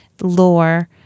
lore